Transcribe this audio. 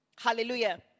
Hallelujah